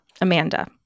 Amanda